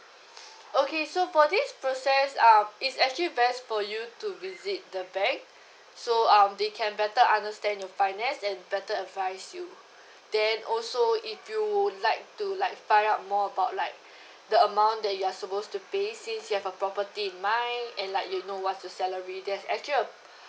okay so for this process um it's actually best for you to visit the bank so um they can better understand your finance and better advise you then also if you would like to like find out more about like the amount that you are supposed to pay since you have a property in mind and like you know what's your salary there's actually a